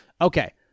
Okay